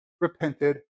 repented